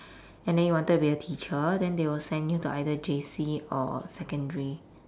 and then you wanted to be a teacher then they will send you to either J_C or secondary